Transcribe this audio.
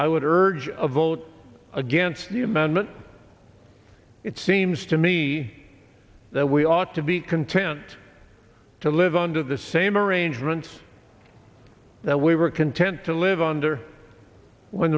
a vote against the amendment it seems to me that we ought to be content to live under the same arrangements that we were content to live under when